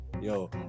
Yo